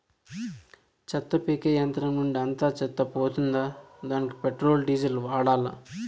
చెత్త పీకే యంత్రం నుండి అంతా చెత్త పోతుందా? దానికీ పెట్రోల్, డీజిల్ వాడాలా?